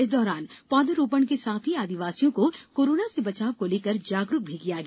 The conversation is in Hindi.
इस दौरान पौधारोपण करने के साथ ही आदिवासियों को कोरोना से बचाव को लकर जागरूक भी किया गया